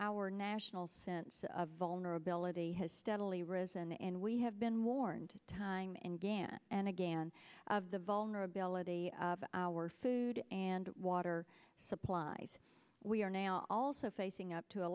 our national sense of vulnerability has steadily risen and we have been warned time and again and again of the vulnerability of our food and water supplies we are also facing up to a